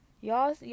Y'all